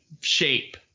shape